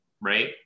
right